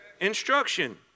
Instruction